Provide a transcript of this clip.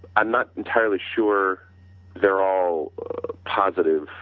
i'm not entirely sure they're all positive